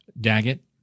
Daggett